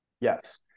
Yes